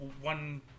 one